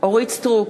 אורית סטרוק,